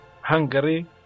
hungary